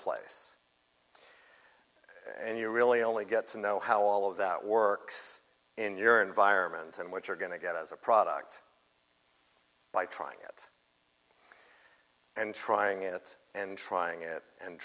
place and you really only get to know how all of that works in your environment and what you're going to get as a product by trying it and trying it and trying it and